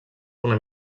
una